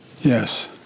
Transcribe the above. Yes